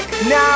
Now